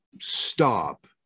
stop